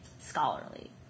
scholarly